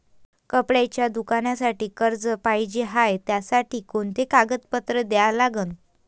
कपड्याच्या दुकानासाठी कर्ज पाहिजे हाय, त्यासाठी कोनचे कागदपत्र द्या लागन?